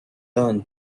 learn